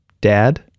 Dad